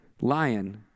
lion